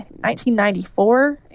1994